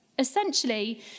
Essentially